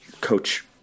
coach